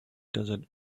desert